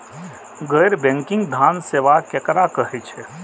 गैर बैंकिंग धान सेवा केकरा कहे छे?